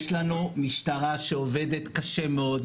יש לנו משטרה שעובדת קשה מאוד.